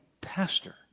pastor